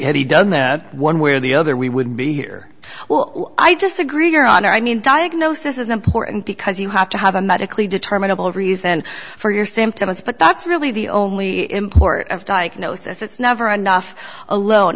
he done that one way or the other we wouldn't be here well i disagree your honor i mean diagnosed this is important because you have to have a medically determinable reason for your symptoms but that's really the only import of diagnosis it's never enough alone